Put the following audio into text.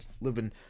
living